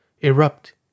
erupt